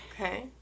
Okay